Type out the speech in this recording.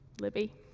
Libby